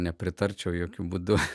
nepritarčiau jokiu būdu